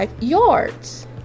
yards